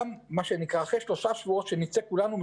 כך גם הדבר בנושא האחיות, גם כאן אין קיצורי דרך.